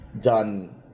done